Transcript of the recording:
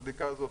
הבדיקה הזאת